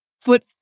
foot